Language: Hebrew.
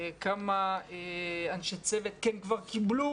כמה אנשי צוות כבר קיבלו